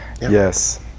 Yes